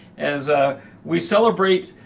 as ah we celebrate